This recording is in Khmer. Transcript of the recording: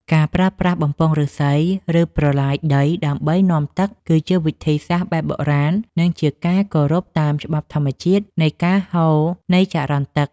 ការប្រើប្រាស់បំពង់ឫស្សី ឬប្រឡាយដីដើម្បីនាំទឹកគឺជាវិធីសាស្ត្របែបបុរាណ និងជាការគោរពតាមច្បាប់ធម្មជាតិនៃការហូរនៃចរន្តទឹក។